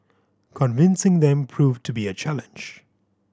convincing them proved to be a challenge